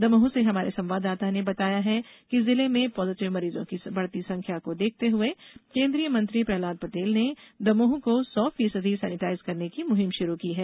दमोह से हमारे संवाददाता ने बताया है कि जिले में पॉजिटिव मरीजों की बढ़ती संख्या को देखते हुए केन्द्रीय मंत्री प्रहलाद पटेल ने दमोह को सौ फीसदी सैनेटाइज्ड करने की मुहिम शुरू की है